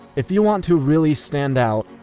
if you want to really stand out,